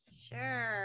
Sure